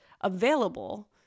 available